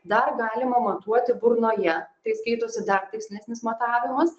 dar galima matuoti burnoje tai skaitosi dar tikslesnis matavimas